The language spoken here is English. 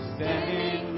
Standing